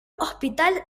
hospital